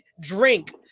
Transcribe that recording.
drink